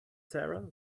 sarah